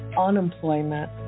unemployment